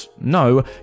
no